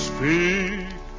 Speak